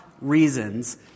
reasons